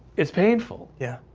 it's painful. yeah,